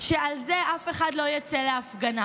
שעל זה אף אחד לא יצא להפגנה.